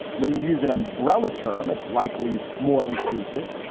when you use an umbrella term, it's likely more inclusive.